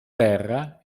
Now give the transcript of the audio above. terra